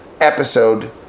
episode